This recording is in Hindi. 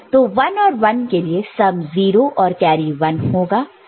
तो 1 और 1 के लिए सम 0 और कैरी 1 होगा